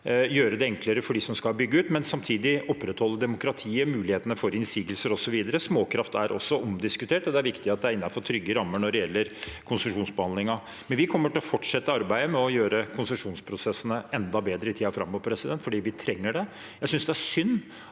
gjøre det enklere for dem som skal bygge ut, og samtidig opprettholde demokratiet, mulighetene for innsigelser osv. Småkraft er også omdiskutert, og det er viktig at det er innenfor trygge rammer når det gjelder konsesjonsbehandlingen. Vi kommer til å fortsette arbeidet med å gjøre konsesjonsprosessene enda bedre i tiden framover fordi vi trenger det. Jeg synes det er synd